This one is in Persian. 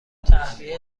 تهویه